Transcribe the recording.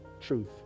truth